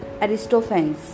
Aristophanes